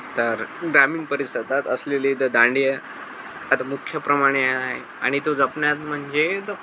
तर ग्रामीण परिसदात असलेले द दांडिया आता मुख्य प्रमाणे आहे आणि तो जपण्यात म्हणजे